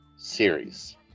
Series